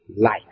life